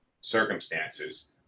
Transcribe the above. circumstances